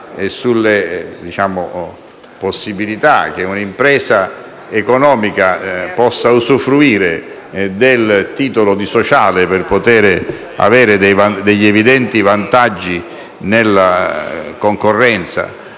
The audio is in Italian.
sulle possibilità che un'impresa economica possa usufruire del titolo di «sociale» per poter avere degli evidenti vantaggi in termini di concorrenza